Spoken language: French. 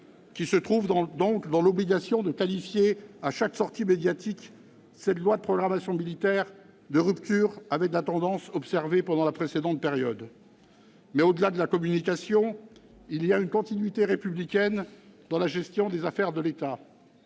qui se trouvent donc dans l'obligation de qualifier à chaque sortie médiatique cette loi de programmation militaire « de rupture avec la tendance observée pendant la précédente période ». Mais, au-delà de la communication, il y a une continuité républicaine dans la gestion des affaires de l'État.